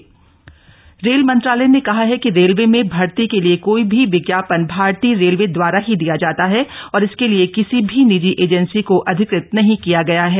रेब मंत्रालय रेल मंत्रालय ने कहा है कि रेलवे में भर्ती के लिए कोई भी विज्ञापन भारतीय रेलवे दवारा ही दिया जाता है और इसके लिए किसी भी निजी एजेंसी को अधिकृत नहीं किया गया है